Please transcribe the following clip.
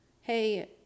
hey